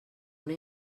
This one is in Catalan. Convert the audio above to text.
una